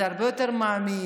זה הרבה יותר מעמיק,